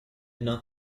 not